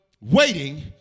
waiting